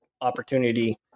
opportunity